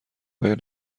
آیا